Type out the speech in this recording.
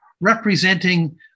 representing